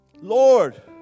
Lord